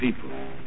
people